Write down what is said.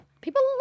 People